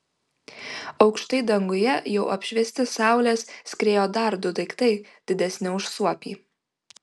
aukštai danguje jau apšviesti saulės skriejo dar du daiktai didesni už suopį